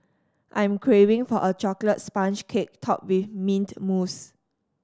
I'm craving for a chocolate sponge cake topped with mint mousse